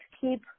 keep